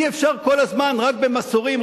אי-אפשר כל הזמן רק במסורים,